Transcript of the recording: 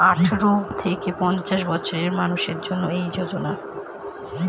আঠারো থেকে পঞ্চাশ বছরের মানুষের জন্য এই যোজনা